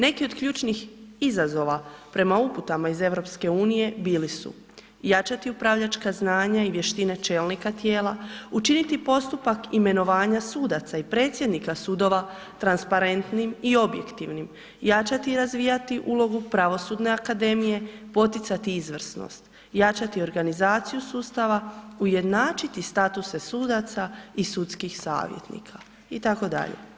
Neki od ključnih izazova prema uputama iz EU bili su jačati upravljačka znanja i vještine čelnika tijela, učiniti postupak imenovanja sudaca i predsjednika sudova transparentnim i objektivnim, jačati i razvijati ulogu pravosudne akademije, poticati izvrsnost, jačati organizaciju sustava, ujednačiti statuse sudaca i sudskih savjetnika itd.